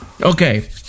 Okay